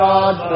God